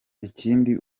ikindi